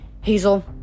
hazel